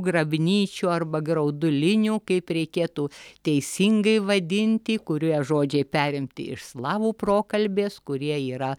grabnyčių arba graudulinių kaip reikėtų teisingai vadinti kurie žodžiai perimti iš slavų prokalbės kurie yra